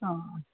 हय